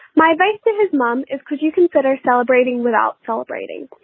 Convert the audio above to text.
my advice to his mom is because you consider celebrating without celebrating.